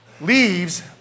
leaves